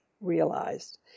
realized